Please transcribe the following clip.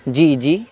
جی جی